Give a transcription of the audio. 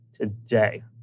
today